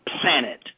planet